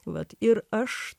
vat ir aš